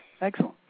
Excellent